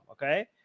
Okay